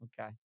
Okay